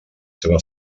seva